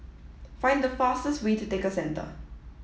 find the fastest way to Tekka Centre